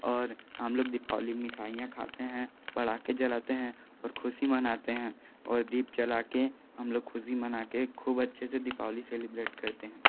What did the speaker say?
और हम लोग दीपावली मिठाइयाँ खाते हैं पटाखे जलाते हैं और खुशी मनाते हैं और दीप जला के हम लोग खुशी मना के खूब अच्छे से दीपावली सेलिब्रेट करते हैं